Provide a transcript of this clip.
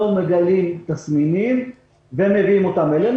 מגלים תסמינים ומביאים אותם אלינו.